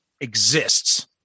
exists